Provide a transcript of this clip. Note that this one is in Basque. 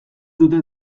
dute